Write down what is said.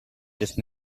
just